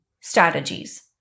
strategies